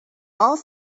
all